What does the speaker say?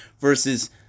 versus